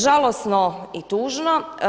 Žalosno i tužno.